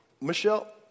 Michelle